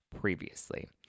previously